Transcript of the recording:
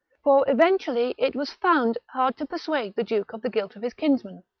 for eventually it was found hard to persuade the duke of the guilt of his kinsman,